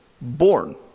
born